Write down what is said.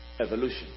evolution